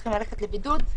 צריכים ללכת לבידוד.